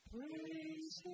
Praise